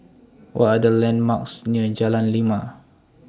What Are The landmarks near Jalan Lima